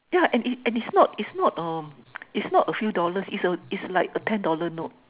yeah and it's and it's not it's not uh it's not a few dollars it's like a ten dollar note